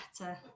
better